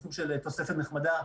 סוג של תוספת נחמדה,